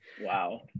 wow